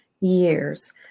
years